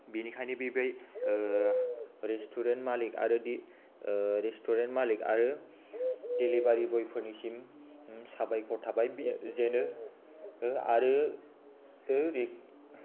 बिनिखायनो बिबायदि रेस्टुरेन्ट मालिख आरो रेस्टुरेन्ट मालिख आरो डिलिभारि बयफोरनिसिम साबायखर थाबाय जेन' आरो